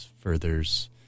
furthers